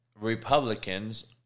Republicans